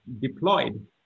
deployed